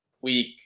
week